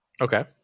Okay